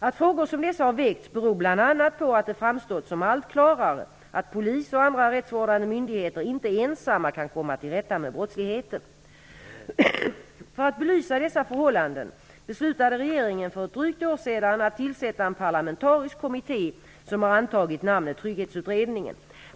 Att frågor som dessa har väckts beror bl.a. på att det framstått som allt klarare att polis och andra rättsvårdande myndigheter inte ensamma kan komma till rätta med brottsligheten. För att belysa dessa förhållanden beslutade regeringen för ett drygt år sedan att tillsätta en parlamentarisk kommitté som har antagit namnet Trygghetsutredningen.